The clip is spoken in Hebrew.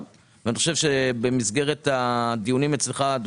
ואני חושב שבמסגרת הדיונים אצלך בוועדה,